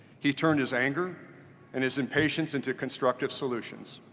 he turned his anger and his impatience and to constructive solutions.